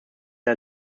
der